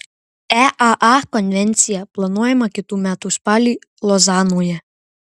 eaa konvencija planuojama kitų metų spalį lozanoje